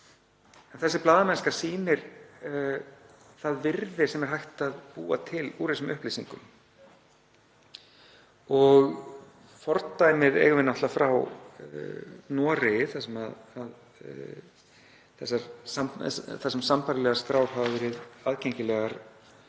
en þessi blaðamennska sýnir það virði sem er hægt að búa til úr þessum upplýsingum. Fordæmi eigum við náttúrlega frá Noregi þar sem sambærilegar skrár hafa verið aðgengilegar og